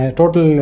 total